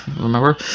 remember